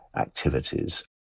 activities